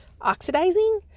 oxidizing